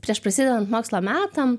prieš prasidedant mokslo metam